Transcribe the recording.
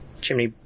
chimney